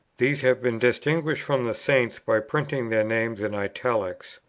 these have been distinguished from the saints by printing their names in italics.